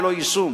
ללא יישום.